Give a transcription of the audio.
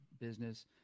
business